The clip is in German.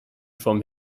vom